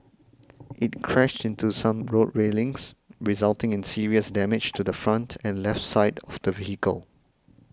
it crashed into some road railings resulting in serious damage to the front and left side of the vehicle